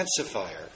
intensifier